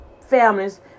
families